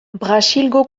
brasilgo